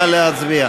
נא להצביע.